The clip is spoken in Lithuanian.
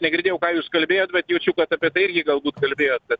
negirdėjau ką jūs kalbėjot bet jaučiu kad apie tai irgi galbūt kalbėjot bet